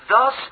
thus